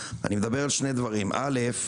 אני מדבר על שני דברים: א',